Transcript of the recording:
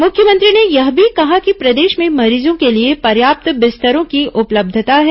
मुख्यमंत्री ने यह भी कहा कि प्रदेश में मरीजों के लिए पर्याप्त बिस्तरों की उपलब्यता है